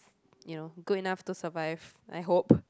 you know good enough to survive I hope